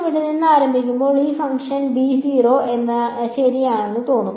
അതിനാൽ ഞാൻ ഇവിടെ നിന്ന് ആരംഭിക്കുമ്പോൾ ഈ ഫംഗ്ഷൻ b 0 ശരിയാണെന്ന് തോന്നും